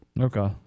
Okay